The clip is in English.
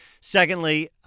Secondly